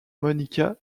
monica